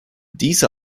diese